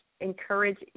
encourage